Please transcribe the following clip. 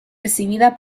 recibida